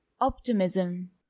Optimism